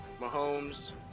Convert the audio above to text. Mahomes